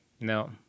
No